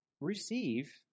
receive